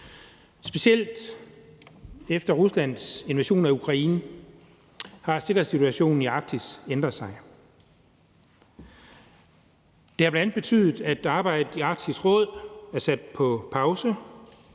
Specielt efter Ruslands invasion af Ukraine har sikkerhedssituationen i Arktis ændret sig. Det har bl.a. betydet, at arbejdet i Arktisk Råd er sat på pause.